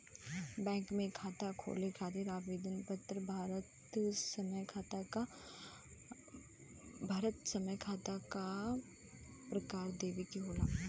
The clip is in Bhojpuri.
बैंक में खाता खोले खातिर आवेदन पत्र भरत समय खाता क प्रकार देवे के होला